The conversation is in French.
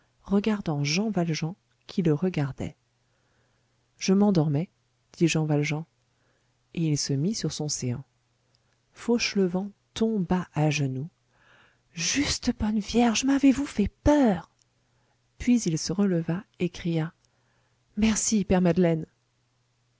regardant jean valjean qui le regardait je m'endormais dit jean valjean et il se mit sur son séant fauchelevent tomba à genoux juste bonne vierge m'avez-vous fait peur puis il se releva et cria merci père madeleine